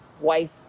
Wife